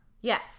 Yes